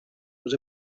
was